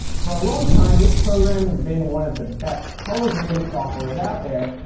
for a long time, this program has been one of the best color grading softwares out there,